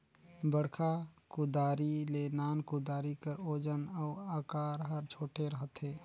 बड़खा कुदारी ले नान कुदारी कर ओजन अउ अकार हर छोटे रहथे